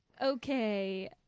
Okay